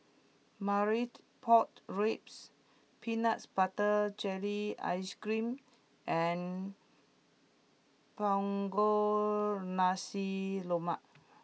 Marmite Pork Ribs Peanut Butter Jelly Ice Cream and Punggol Nasi Lemak